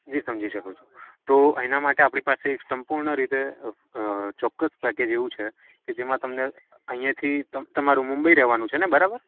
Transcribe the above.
જી સમજી શકું છું તો એના માટે આપણી પાસે એક સંપૂર્ણ રીતે ચોક્કસ પેકેજ એવું છે કે જેમાં તમને અહીંયાથી તમારું મુંબઈ રહેવાનું છે ને બરાબર